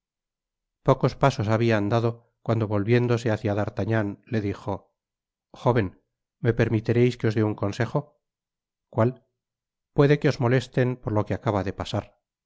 pocos pasos habia andado cuando volviéndose hácia d'artagnan le dijo jóven me permitireis que os dé un consejo cuál puede que os molesten por lo que acaba de pasar